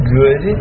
good